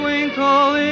Twinkle